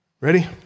Ready